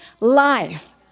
life